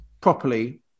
properly